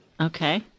Okay